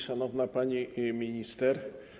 Szanowna Pani Minister!